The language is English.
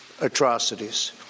atrocities